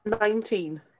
Nineteen